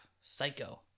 Psycho